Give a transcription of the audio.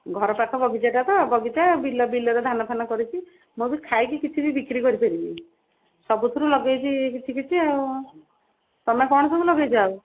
ଘରପାଖ ବଗିଚାଟା ତ ବଗିଚା ବିଲ ବିଲରେ ଧାନ ଫାନ କରିଛି ସବୁ ଥାଇକି କିଛି ବିକ୍ରି କରିପାରିବିନି ସବୁଥରୁ ଲଗେଇଛି କିଛି କିଛି ଆଉ ତୁମେ କ'ଣ ସବୁ ଲଗେଇଛ